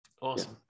Awesome